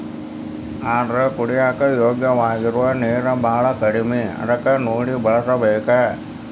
ಆದರ ಕುಡಿಯಾಕ ಯೋಗ್ಯವಾಗಿರು ನೇರ ಬಾಳ ಕಡಮಿ ಅದಕ ನೋಡಿ ಬಳಸಬೇಕ